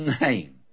name